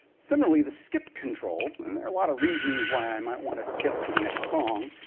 similarly, the skip control, and there are a lot of reasons why i might want to skip to the next song,